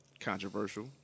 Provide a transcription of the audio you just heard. controversial